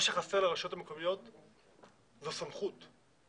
מה שחסר לרשויות המקומיות זו סמכות.